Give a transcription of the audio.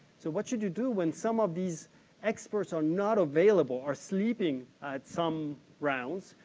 so what should you do when some of these experts are not available, are sleeping at some rounds?